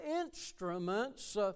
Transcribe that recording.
instruments